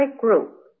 group